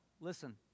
Listen